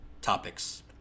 topics